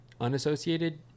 unassociated